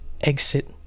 exit